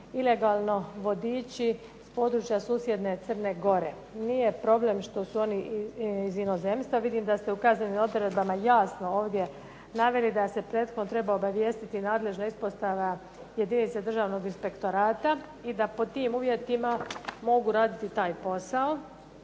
ilegalno vodiči s područja susjedne Crne Gore. Nije problem što su oni iz inozemstva. Vidim da ste u kaznenim odredbama jasno ovdje naveli da se prethodno treba obavijestiti nadležna ispostava jedinice Državnog inspektorata i da pod tim uvjetima mogu raditi taj posao.